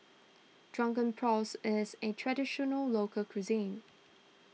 Drunken Prawns is a Traditional Local Cuisine